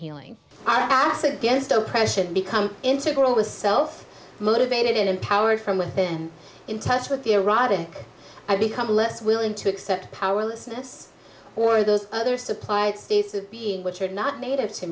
healing i asked against oppression become integral was so motivated empowered from within in touch with the erotic i become less willing to accept powerlessness or those other supplied states of being which are not native to